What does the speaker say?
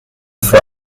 for